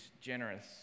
generous